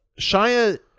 Shia